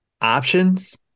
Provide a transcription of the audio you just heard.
options